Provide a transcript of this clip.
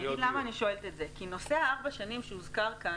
אני אגיד למה אני שואלת את זה: כי נושא ארבע השנים שהוזכר כאן,